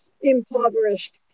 impoverished